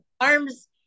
Arms